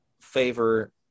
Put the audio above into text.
favor